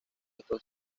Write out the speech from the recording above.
esto